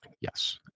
Yes